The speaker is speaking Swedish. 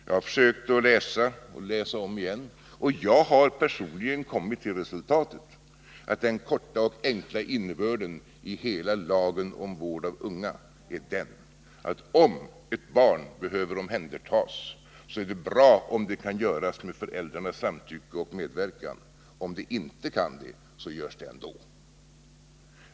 Jag har försökt att läsa, och läsa om igen, och jag har personligen kommit till resultatet att den korta och enkla innebörden av hela lagen om vård av unga är den, att om ett barn behöver omhändertas är det bra om det kan göras med föräldrarnas samtycke och medverkan. Om inte tas barnet om hand ändå.